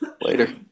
Later